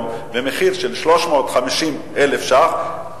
במחיר של 350,000 ש"ח,